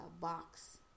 box